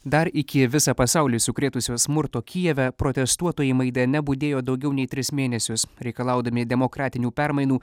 dar iki visą pasaulį sukrėtusio smurto kijeve protestuotojai maidane budėjo daugiau nei tris mėnesius reikalaudami demokratinių permainų